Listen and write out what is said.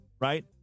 right